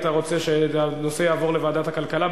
אתה רוצה שהנושא יעבור לוועדת הכלכלה?